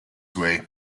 way